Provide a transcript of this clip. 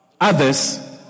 Others